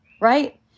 right